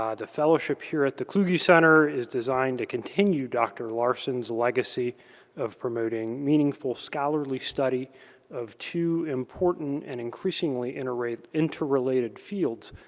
um the fellowship here at the kluge center is designed to continue dr. larson's legacy of promoting meaningful scholarly study of two important and increasingly interrelated interrelated fields,